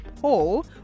poll